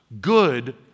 good